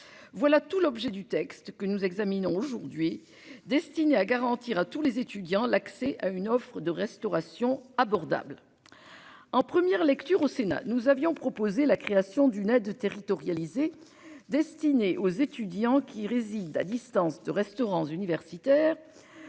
Voilà tout l'objet du texte que nous examinons aujourd'hui destiné à garantir à tous les étudiants l'accès à une offre de restauration abordable. En première lecture au Sénat, nous avions proposé la création d'une aide de territorialiser. Destiné aux étudiants qui réside à distance de restaurant universitaire.